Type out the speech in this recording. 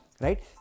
right